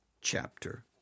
chapter